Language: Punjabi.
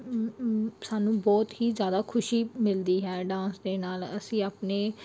ਸਾਨੂੰ ਬਹੁਤ ਹੀ ਜ਼ਿਆਦਾ ਖੁਸ਼ੀ ਮਿਲਦੀ ਹੈ ਡਾਂਸ ਦੇ ਨਾਲ ਅਸੀਂ ਆਪਣੇ